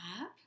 up